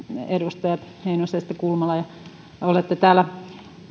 edustajat heinonen ja kulmala olette täällä